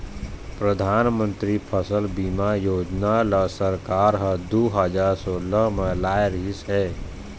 परधानमंतरी फसल बीमा योजना ल सरकार ह दू हजार सोला म लाए रिहिस हे